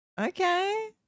Okay